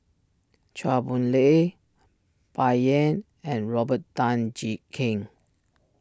Chua Boon Lay Bai Yan and Robert Tan Jee Keng